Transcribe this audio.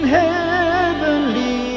heavenly